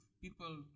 people